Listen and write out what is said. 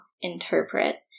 interpret